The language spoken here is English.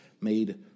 made